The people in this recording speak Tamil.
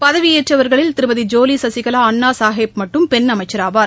பதவியேற்றவர்களில் திருமதிஜோவிசசிகலாஅன்னாசாஹேப் மட்டும் பெண் அமைச்சராவார்